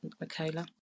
Michaela